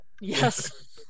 Yes